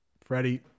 Freddie